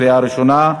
לקריאה ראשונה.